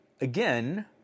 again